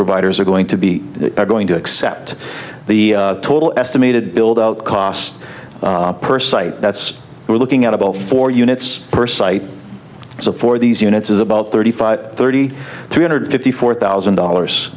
providers are going to be are going to accept the total estimated build out costs per site that's we're looking at about four units per site so for these units is about thirty five thirty three hundred fifty four thousand dollars